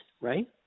right